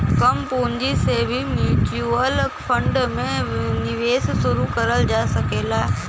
कम पूंजी से भी म्यूच्यूअल फण्ड में निवेश शुरू करल जा सकला